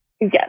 Yes